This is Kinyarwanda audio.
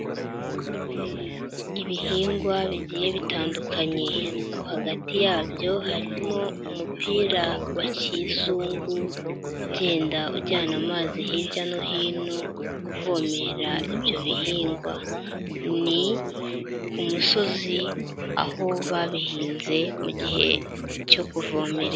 Ibihingwa bigiye bitandukanye, mo hagati yabyo harimo umupira wa kizungu ugenda ujyana amazi hirya no hino uvomera ibyo bihingwa, ni ku musozi aho babihinze mu gihe cyo kuvomerera.